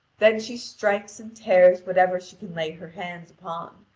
then she strikes and tears whatever she can lay her hands upon.